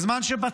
זאת בזמן שבצפון